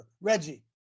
Reggie